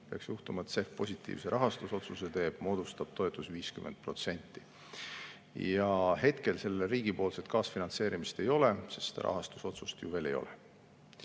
peaks juhtuma, et CEF positiivse rahastamisotsuse teeb, moodustab toetus 50%. Hetkel sellel riigi kaasfinantseerimist ei ole, sest rahastusotsust ju veel ei ole.